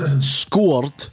scored